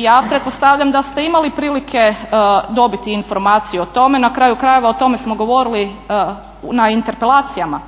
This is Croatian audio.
Ja pretpostavljam da ste imali prilike dobiti informaciju o tome, na kraju krajeva o tome smo govorili na interpelacijama.